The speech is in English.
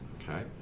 okay